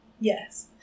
Yes